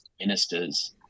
ministers